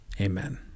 amen